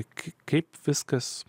tik kaip viskas